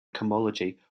cohomology